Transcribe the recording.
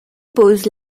pose